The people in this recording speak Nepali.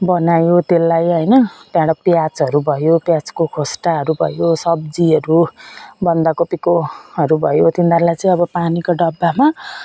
बनायो त्यसलाई होइन त्यहाँबाट प्याजहरू भयो प्याजको खोस्टाहरू भयो सब्जीहरू बन्दाकोपीहरू भयो तिनीहरूलाई चाहिँ अब पानीको डब्बामा